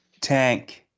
Tank